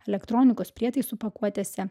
elektronikos prietaisų pakuotėse